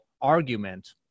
argument